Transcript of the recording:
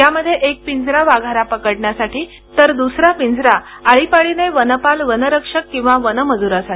यामध्ये एक पिंजरा वाघाला पकडण्यासाठी तर दुसरा पिंजऱ्यात आळीपाळीने वनपाल वनरक्षक किंवा वनमजुरासाठी